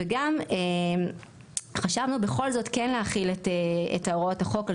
וגם חשבנו בכל זאת כן להחיל את הוראות החוק על